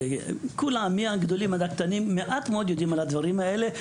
וכולם מהגדולים ועד הקטנים יודעים מעט מאוד על הדברים האלה,